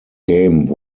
game